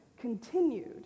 continued